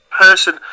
person